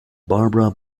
barbara